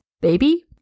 baby